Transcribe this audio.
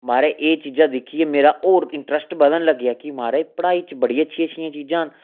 महाराज एह् चीज़ां दिक्खियै मेरा होर इंट्रस्ट बधन लग्गेआ कि महाराज पढ़ाई च बड़ी अच्छियां अच्छियां चीज़ां न